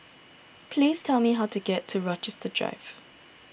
please tell me how to get to Rochester Drive